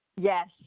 Yes